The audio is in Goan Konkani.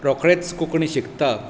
रोकडेच कोंकणी शिकतात